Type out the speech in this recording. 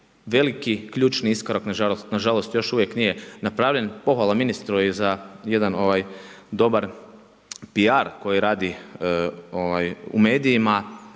veliki, ključni iskorak nažalost još uvijek nije napravljen. Pohvala ministru i za jedan dobar PR koji radi u medijima,